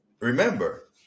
Remember